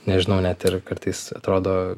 nežinau net ir kartais atrodo